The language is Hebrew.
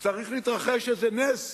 צריך להתרחש איזה נס